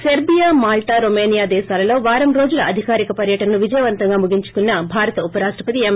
Serbia Malta Romania దేశాలలో వారం రోజుల అధికారిక పర్యటనను విజయవంతంగా ముగించుకున్న భారత ఉప రాష్టపతి ఎం